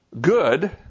good